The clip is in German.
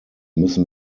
müssen